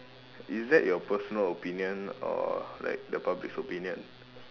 is that your personal opinion or like the public's opinion